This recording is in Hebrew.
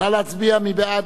נא להצביע, מי בעד?